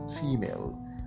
female